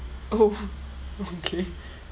oh okay